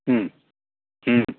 ಹ್ಞ್ ಹ್ಞ್